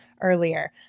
earlier